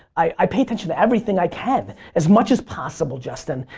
i pay attention to everything i can as much as possible, justin.